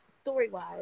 story-wise